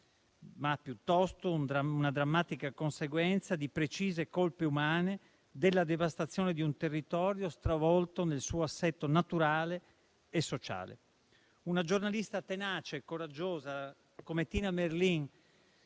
piuttosto una drammatica conseguenza di precise colpe umane, della devastazione di un territorio stravolto nel suo assetto naturale e sociale. Una giornalista tenace e coraggiosa come Tina Merlin